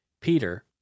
Peter